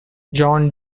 john